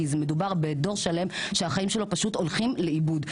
כי מדובר בדור שלם שהחיים שלו פשוט הולכים לאיבוד.